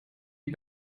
die